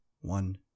one